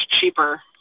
cheaper